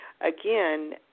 again